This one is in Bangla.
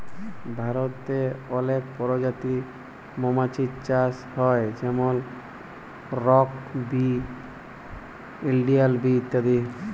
ভারতে অলেক পজাতির মমাছির চাষ হ্যয় যেমল রক বি, ইলডিয়াল বি ইত্যাদি